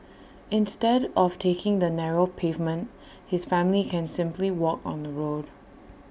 instead of taking the narrow pavement his family can simply walk on the road